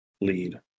lead